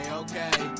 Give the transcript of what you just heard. okay